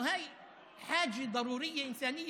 אנחנו מכירים מצבים כאלה.